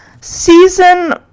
season